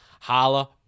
Holla